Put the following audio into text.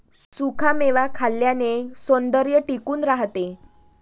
सुखा मेवा खाल्ल्याने सौंदर्य टिकून राहते